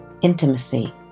intimacy